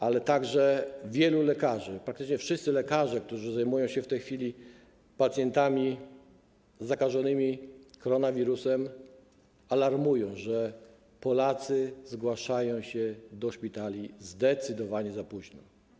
Ale także wielu lekarzy, praktycznie wszyscy lekarze, którzy zajmują się w tej chwili pacjentami zakażonymi koronawirusem, alarmują, że Polacy zgłaszają się do szpitali zdecydowanie za późno.